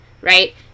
right